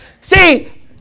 See